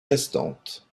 restante